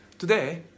Today